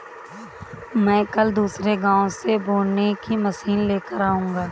मैं कल दूसरे गांव से बोने की मशीन लेकर आऊंगा